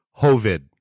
Hovid